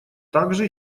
также